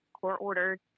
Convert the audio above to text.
court-ordered